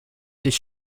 dich